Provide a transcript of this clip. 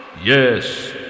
Yes